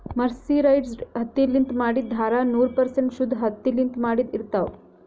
mercerized ಹತ್ತಿಲಿಂತ್ ಮಾಡಿದ್ದ್ ಧಾರಾ ನೂರ್ ಪರ್ಸೆಂಟ್ ಶುದ್ದ್ ಹತ್ತಿಲಿಂತ್ ಮಾಡಿದ್ದ್ ಇರ್ತಾವ್